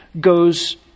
goes